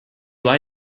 lie